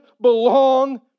belong